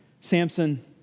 Samson